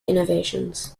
innovations